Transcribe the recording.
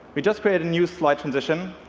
we just created a new slide transition.